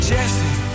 Jesse